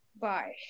Bye